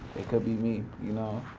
it could be me, you know?